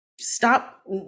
Stop